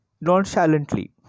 nonchalantly